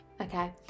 Okay